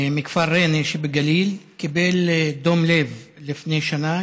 מכפר ריינה שבגליל קיבל דום לב לפני שנה,